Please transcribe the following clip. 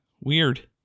weird